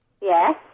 Yes